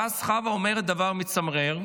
ואז חווה אומרת דבר מצמרר: